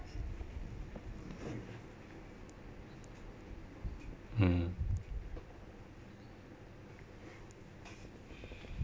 mm